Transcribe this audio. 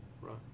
right